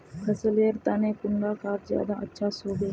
फसल लेर तने कुंडा खाद ज्यादा अच्छा सोबे?